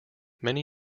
many